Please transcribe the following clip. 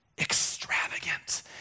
Extravagant